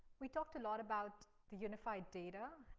we talked a lot about the unified data.